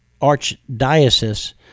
archdiocese